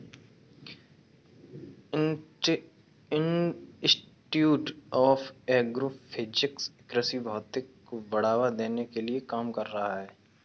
institute of agro physics कृषि भौतिकी को बढ़ावा देने के लिए काम कर रहा है